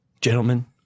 gentlemen